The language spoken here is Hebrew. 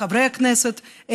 חברי הכנסת,